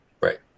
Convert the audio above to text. Right